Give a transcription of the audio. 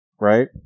right